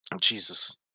Jesus